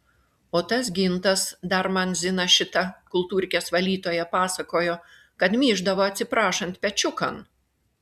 o tas gintas dar man zina šita kultūrkės valytoja pasakojo kad myždavo atsiprašant pečiukan